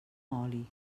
oli